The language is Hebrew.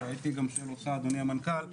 ואני שואל גם אותך אדוני המנכ"ל,